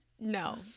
No